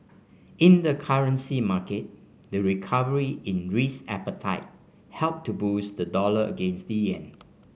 in the currency market the recovery in risk appetite helped to boost the dollar against the yen